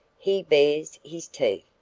he bares his teeth.